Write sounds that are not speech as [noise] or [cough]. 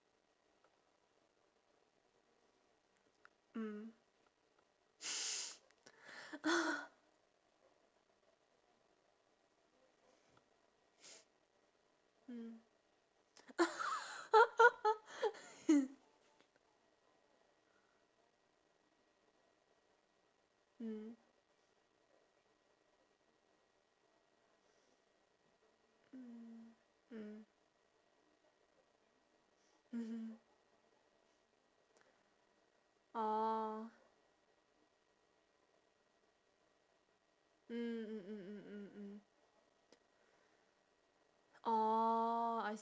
mm [laughs] mm mmhmm orh mm orh I